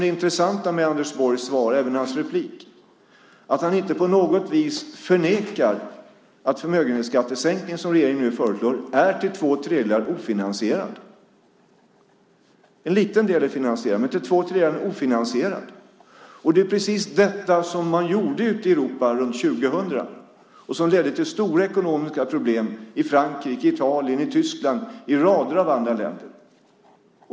Det intressanta med Anders Borgs interpellationssvar, och även hans replik, är att han inte på något vis förnekar att den förmögenhetsskattesänkning som regeringen föreslår till två tredjedelar är ofinansierad. En liten del är finansierad, men till två tredjedelar är den ofinansierad. Det är precis detta man gjorde ute i Europa runt 2000. Det ledde till stora ekonomiska problem i Frankrike, Italien, Tyskland och rader av andra länder.